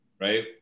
right